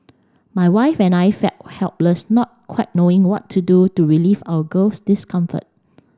my wife and I felt helpless not quite knowing what to do to relieve our girl's discomfort